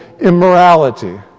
immorality